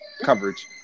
coverage